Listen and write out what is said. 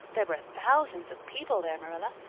there were thousands of people there, marilla.